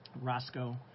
Roscoe